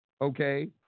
okay